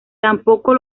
tampoco